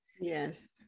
Yes